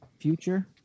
future